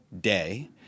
day